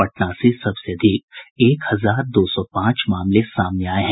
पटना से सबसे अधिक एक हजार दो सौ पांच मामले सामने आये हैं